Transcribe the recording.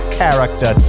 character